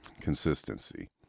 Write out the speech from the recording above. consistency